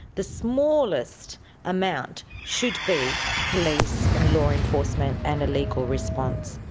the smallest amount should be police and law enforcement and a legal response.